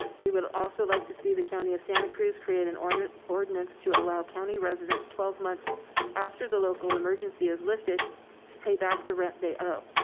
we would also like to see the county of santa cruz create and ordinance ordinance to allow county residents twelve months after the local emergency has lifted to pay back the rent they owe.